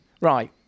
right